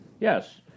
Yes